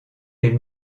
les